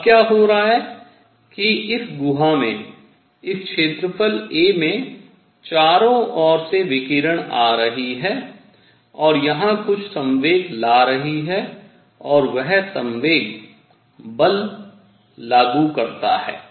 अब क्या हो रहा है कि इस गुहा में इस क्षेत्रफल a में चारों ओर से विकिरण आ रही है और यह कुछ संवेग ला रही है और वह संवेग बल लागू करता है